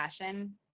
passion